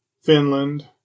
Finland